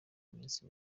minsi